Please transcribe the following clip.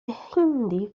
hindi